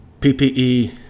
PPE